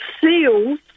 seals